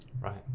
Right